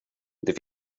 det